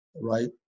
Right